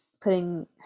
putting